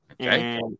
Okay